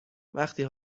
وقتی